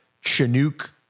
Chinook